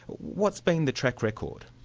what's been the track record?